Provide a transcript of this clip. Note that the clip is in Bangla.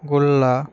গোল্লা